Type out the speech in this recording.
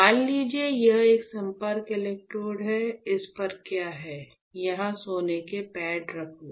मान लीजिए यह एक संपर्क इलेक्ट्रोड है इस पर क्या है यहाँ सोने के पैड रख दो